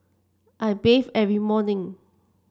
I bathe every morning